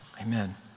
Amen